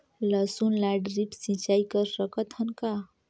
लसुन ल ड्रिप सिंचाई कर सकत हन का?